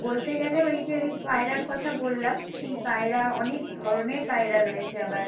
বলতে গেলে ওই যে ওই পায়রার কথা বললাম সেই পায়রা অনেক ধরনের পায়রা রয়েছে আবার